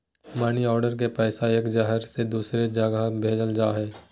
money order से पैसा एक जगह से दूसर जगह भेजल जा हय